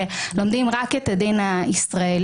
לומדים רק את הדין הישראלי,